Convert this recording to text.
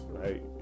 right